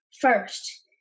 First